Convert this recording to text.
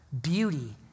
beauty